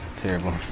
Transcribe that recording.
Terrible